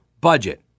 budget